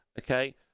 okay